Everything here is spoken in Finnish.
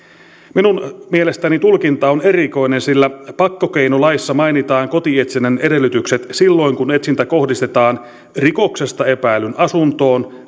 minun mielestäni tulkinta on erikoinen sillä pakkokeinolaissa mainitaan kotietsinnän edellytykset silloin kun etsintä kohdistetaan rikoksesta epäillyn asuntoon